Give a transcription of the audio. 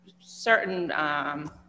certain